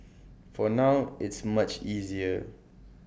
for now it's much easier